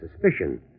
suspicion